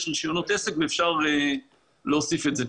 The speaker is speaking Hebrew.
יש רישיונות עסק ואפשר להוסיף את זה.